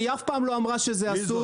היא אף פעם לא אמרה שזה אסור.